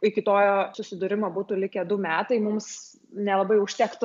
iki to jo susidūrimo būtų likę du metai mums nelabai užtektų